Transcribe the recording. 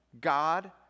God